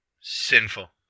Sinful